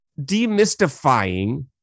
demystifying